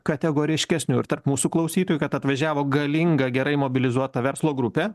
kategoriškesnių ir tarp mūsų klausytojų kad atvažiavo galinga gerai mobilizuota verslo grupė